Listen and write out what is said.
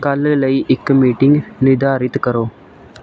ਕੱਲ੍ਹ ਲਈ ਇੱਕ ਮੀਟਿੰਗ ਨਿਰਧਾਰਿਤ ਕਰੋ